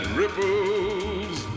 ripples